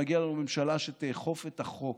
מגיעה לנו ממשלה שתאכוף את החוק.